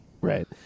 Right